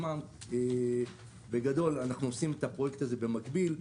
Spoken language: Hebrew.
אבל בגדול אנחנו עושים את הפרויקט הזה במקביל.